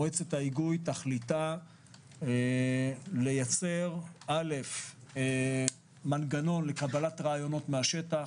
תכליתה של מועצת ההיגוי יהיה לייצר מנגנון לקבלת רעיונות מהשטח,